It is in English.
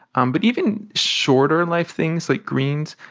um but even shorter life things like greens,